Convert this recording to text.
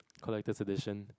collector's edition